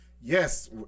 Yes